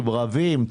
רבים,